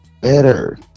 better